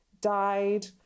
died